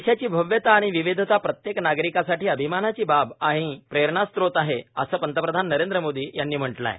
देशाची भव्यता आणि विविधता प्रत्येक नागरिकासाठी अभिमानाची बाब आणि प्रेरणास्रोत आहे असं पंतप्रधान नरेंद्र मोदी यांनी म्हटलं आहे